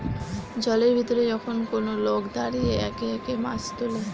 জলের ভিতরে যখন কোন লোক দাঁড়িয়ে একে একে মাছ তুলে